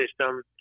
system